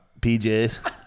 PJs